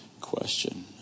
question